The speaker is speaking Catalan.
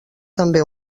també